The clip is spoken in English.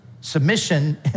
Submission